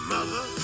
Mother